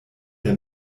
der